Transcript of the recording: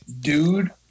dude